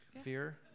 fear